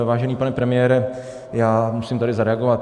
Vážený pane premiére, já musím tady zareagovat.